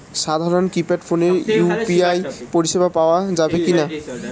সাধারণ কিপেড ফোনে ইউ.পি.আই পরিসেবা পাওয়া যাবে কিনা?